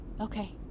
Okay